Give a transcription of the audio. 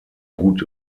gut